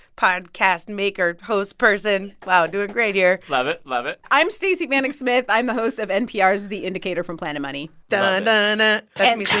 podcast maker, host person wow, and doing great here love it, love it i'm stacey vanek smith. i'm the host of npr's the indicator from planet money duh-nuh-nuh. that's and and ah and me doing.